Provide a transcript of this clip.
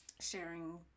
sharing